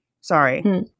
Sorry